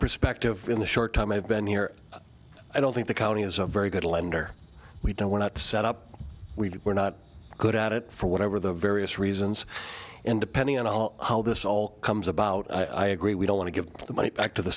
perspective in the short time i've been here i don't think the county is a very good lender we don't want to set up we were not good at it for whatever the various reasons and depending on how this all comes about i agree we don't want to give the money back to the